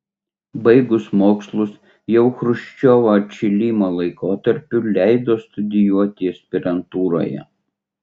baigus mokslus jau chruščiovo atšilimo laikotarpiu leido studijuoti aspirantūroje